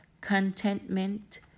contentment